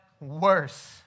worse